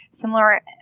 similar